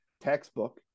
Textbook